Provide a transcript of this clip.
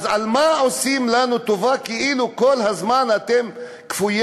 אז על מה עושים לנו טובה כאילו כל הזמן: אתם כפויי